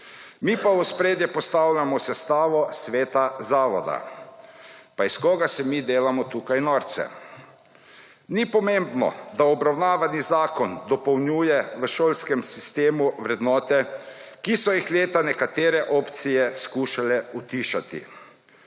Mi pa v ospredje postavljamo sestavo sveta zavoda. Pa iz koga se mi delamo tukaj norce? Ni pomembno, da obravnavani zakon dopolnjuje v šolskem sistemu vrednote, ki so jih leta nekatere opcije skušale utišati.